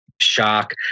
shock